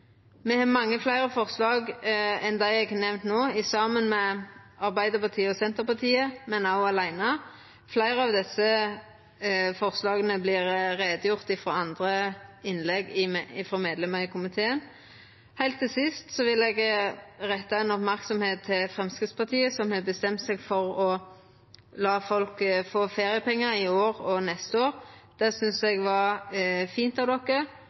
Me har mange fleire forslag enn dei eg har nemnt no, saman med Arbeidarpartiet og Senterpartiet, men òg aleine. Fleire av desse forslaga vert det gjort greie for i andre innlegg frå medlemer i komiteen. Heilt til sist vil eg retta merksemd mot Framstegspartiet, som har bestemt seg for å la folk få feriepengar i år og neste år. Det synest eg var fint av